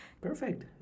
Perfect